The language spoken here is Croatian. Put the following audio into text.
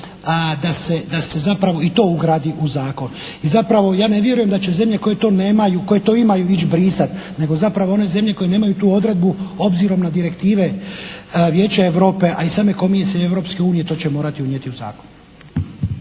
da se zapravo i to ugradi u zakon. I zapravo ja ne vjerujem da će zemlje koje to nemaju, koje to imaju ići brisati. Nego zapravo one zemlje koje nemaju tu odredbu obzirom na direktive Vijeća Europe, a i same Komisije Europske unije to će morati unijeti u zakon.